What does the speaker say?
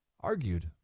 argued